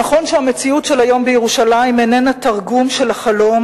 נכון שהמציאות של היום בירושלים איננה תרגום של החלום,